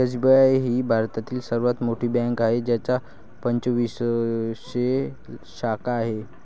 SBI ही भारतातील सर्वात मोठी बँक आहे ज्याच्या पंचवीसशे शाखा आहेत